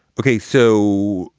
ok. so,